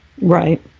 right